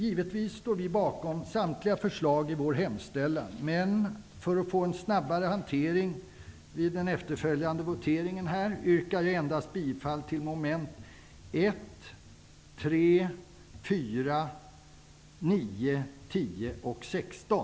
Givetvis står vi bakom samtliga förslag i vår hemställan, men för att få en snabbare hantering vid den efterföljande voteringen yrkar jag bifall endast till våra reservationer vid momenten 1, 3, 4, 9, 10 och 16.